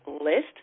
list